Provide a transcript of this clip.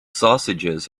sausages